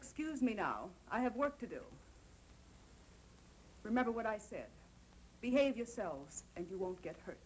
excuse me now i have work to do remember what i said behave yourselves and you won't get hurt